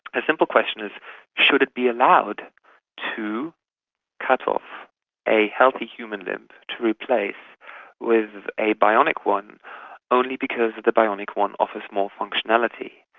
a simple question is should it be allowed to cut off a healthy human limb to replace with a bionic one only because the bionic one offers more functionality?